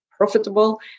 Profitable